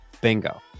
Bingo